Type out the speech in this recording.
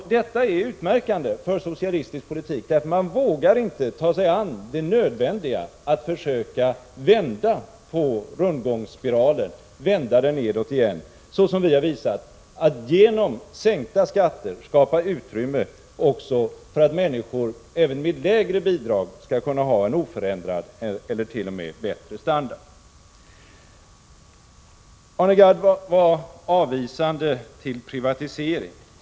Detta är utmärkande för socialistisk politik. Man vågar inte ta sig an det nödvändiga, att försöka vända rundgångsspiralen nedåt igen såsom vi har visat och genom sänkta skatter skapa utrymme för att människor också med lägre bidrag skall kunna ha en oförändrad eller t.o.m. bättre standard. Arne Gadd var avvisande till privatisering.